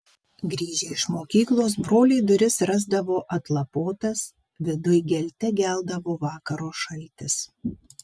grįžę iš mokyklos broliai duris rasdavo atlapotas viduj gelte geldavo vakaro šaltis